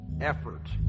effort